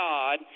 God